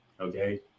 Okay